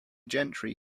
gentry